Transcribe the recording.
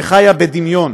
שחיה בדמיון,